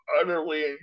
utterly